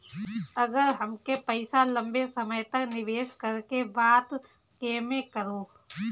अगर हमके पईसा लंबे समय तक निवेश करेके बा त केमें करों?